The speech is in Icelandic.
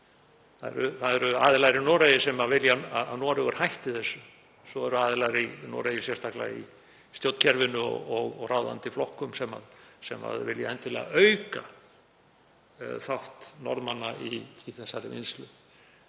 það eru aðilar í Noregi sem vilja að Noregur hætti þessu. Svo eru aðilar í Noregi, sérstaklega í stjórnkerfinu og ráðandi flokkum, sem vilja endilega auka þátt Norðmanna í þessari vinnslu.